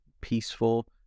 peaceful